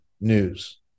news